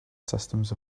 systems